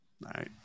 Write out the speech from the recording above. right